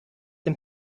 dem